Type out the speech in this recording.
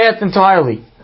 entirely